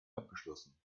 abgeschlossen